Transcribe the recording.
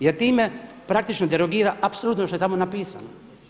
Jer time praktično derogira apsolutno što je tamo napisano.